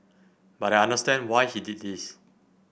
but I understand why he did this